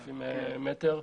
גג גדול.